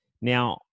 now